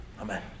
Amen